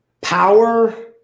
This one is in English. power